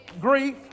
grief